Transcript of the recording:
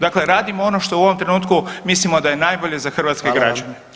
Dakle, radim ono što u ovom trenutku mislimo da je najbolje za hrvatske građane.